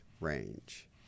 range